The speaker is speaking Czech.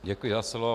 Děkuji za slovo.